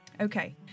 Okay